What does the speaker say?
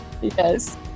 Yes